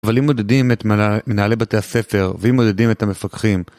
אבל אם מודדים את מנהלי בתי הספר ואם מודדים את המפקחים